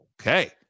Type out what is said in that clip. okay